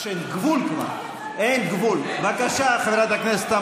גם בלילה הזה יש אנשים שיושבים במסדרונות,